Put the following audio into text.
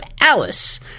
Alice